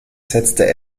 setzte